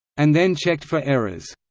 and then checked for errors.